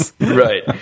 Right